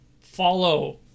follow